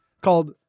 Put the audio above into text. called